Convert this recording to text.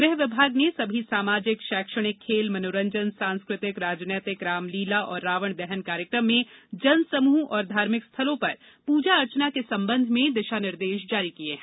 गृह विभाग ने सभी सामाजिक शैक्षणिक खेल मनोरंजन सांस्कृतिक राजनीतिक रामलीला और रावण दहन कार्यकम में जन समूह और धार्मिक स्थलों पर पूजा अर्चना के संबंध में दिशा निर्देश जारी किए हैं